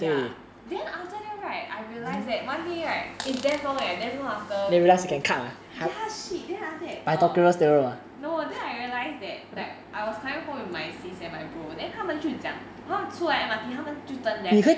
ya then after that right I realized that one day right eh damn long eh damn long after we move ya shit then after that err no then I realized that that I was coming home with my sis and my bro then 他们就讲他们出来 M_R_T 他们 to turn left leh